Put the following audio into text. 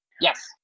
yes